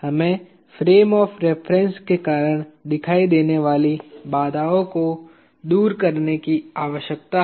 हमें frame of reference के कारण दिखाई देने वाली बाधाओं को दूर करने की आवश्यकता है